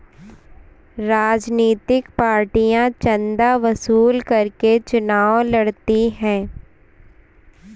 राजनीतिक पार्टियां चंदा वसूल करके चुनाव लड़ती हैं